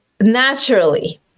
naturally